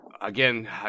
Again